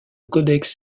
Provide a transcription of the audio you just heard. codex